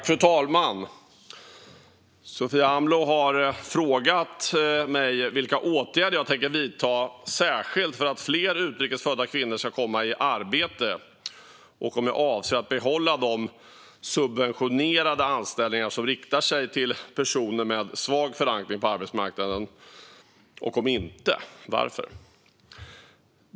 Fru talman! Sofia Amloh har frågat mig vilka åtgärder jag tänker vidta särskilt för att fler utrikes födda kvinnor ska komma i arbete och om jag avser att behålla de subventionerade anställningarna som riktar sig till personer med svag förankring på arbetsmarknaden och, om inte, varför.